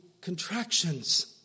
contractions